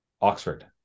Oxford